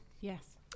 Yes